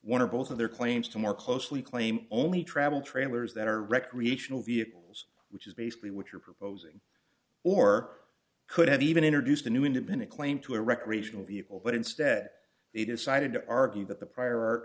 or both of their claims to more closely claim only travel trailers that are recreational vehicles which is basically what you're proposing or could have even introduced a new independent claim to a recreational vehicle but instead they decided to argue that the prior